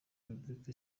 repubulika